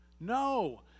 No